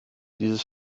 dieses